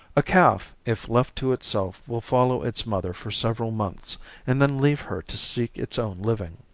a calf, if left to itself, will follow its mother for several months and then leave her to seek its own living.